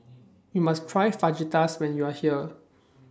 YOU must Try Fajitas when YOU Are here